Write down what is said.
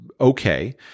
okay